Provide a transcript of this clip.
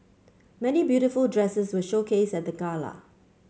many beautiful dresses were showcased at the gala